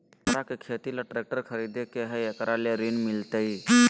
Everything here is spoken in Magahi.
हमरा के खेती ला ट्रैक्टर खरीदे के हई, एकरा ला ऋण मिलतई?